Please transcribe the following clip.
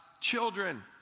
children